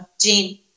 Gene